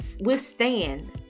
withstand